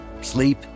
sleep